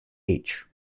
each